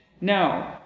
No